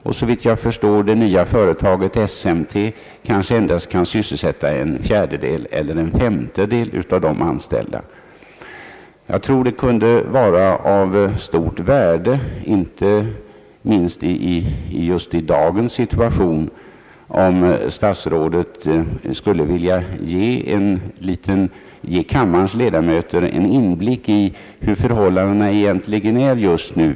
Jag förmodar att det nya företaget SMT endast kan sysselsätta en fjärdedel eller en femtedel av dessa anställda. Jag tror det kunde vara av stort värde inte minst just i dagens situation om statsrådet Wickman skulle vilja ge kammarens ledamöter en inblick i hur förhållandena är vid Durox för närvarande.